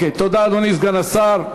תודה, אדוני סגן השר.